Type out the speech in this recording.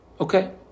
Okay